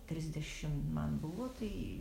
trisdešim man buvo tai